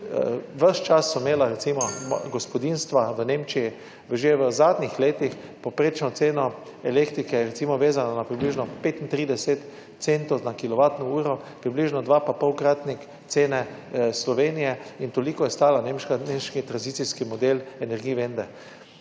Bes čas so imela recimo gospodinjstva v Nemčiji že v zadnjih letih povprečno ceno elektrike recimo vezana na približno 35 centov na kilovatno uro, približno 2,5-kratnik cene Slovenije in toliko je stal nemški tranzicijski model energije